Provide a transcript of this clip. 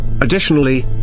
Additionally